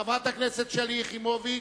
חברת הכנסת שלי יחימוביץ,